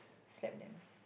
slap them